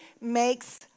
makes